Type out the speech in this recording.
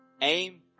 aim